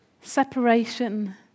Separation